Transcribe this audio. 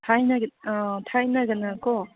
ꯑꯥ ꯊꯥꯏꯅꯗꯅꯀꯣ